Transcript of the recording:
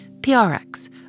PRX